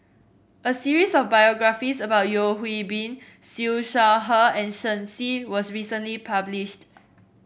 a series of biographies about Yeo Hwee Bin Siew Shaw Her and Shen Xi was recently published